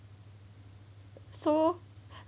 so